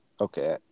okay